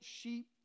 sheep